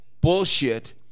bullshit